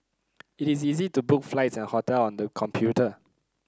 it is easy to book flights and hotel on the computer